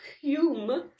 Hume